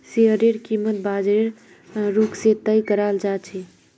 शेयरेर कीमत बाजारेर रुख से तय कराल जा छे